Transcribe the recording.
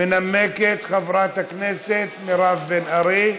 מנמקת חברת הכנסת מירב בן ארי.